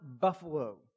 buffalo